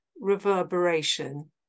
reverberation